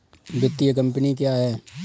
वित्तीय कम्पनी क्या है?